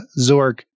Zork